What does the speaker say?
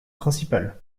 principal